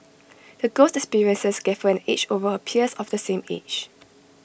the girl's experiences gave her an edge over her peers of the same age